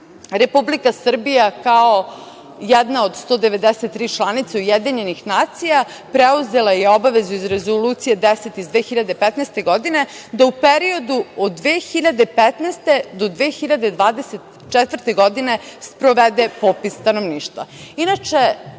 Republika Srbija kao jedna od 193 članice UN preuzela je obavezu iz Rezolucije 10 iz 2015. godine da u periodu od 2015. do 2024. godine sprovede popis stanovništva. Inače,